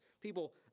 People